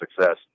success